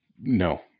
No